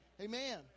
Amen